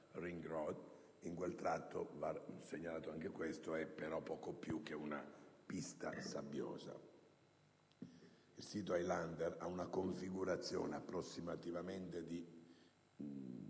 *Ring Road* che in quel tratto - va segnalato - è però poco più che una pista sabbiosa. Il sito Highlander ha una configurazione approssimativamente